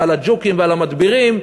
ועל הג'וקים ועל המדבירים,